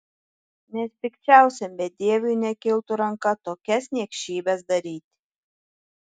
nes pikčiausiam bedieviui nekiltų ranka tokias niekšybes daryti